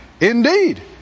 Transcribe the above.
indeed